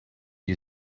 you